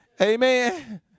Amen